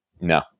No